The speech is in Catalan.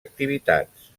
activitats